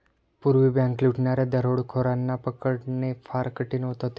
पूर्वी बँक लुटणाऱ्या दरोडेखोरांना पकडणे फार कठीण होत होते